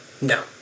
No